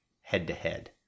head-to-head